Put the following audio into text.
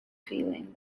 feeling